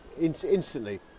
instantly